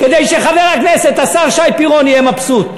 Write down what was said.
כדי שחבר הכנסת שי פירון יהיה מבסוט.